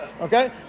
okay